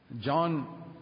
John